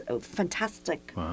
fantastic